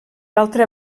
altra